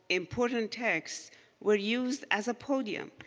important texts were used as a podium.